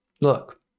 look